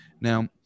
Now